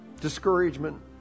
discouragement